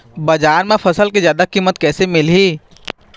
बजार म फसल के जादा कीमत कैसे मिलही?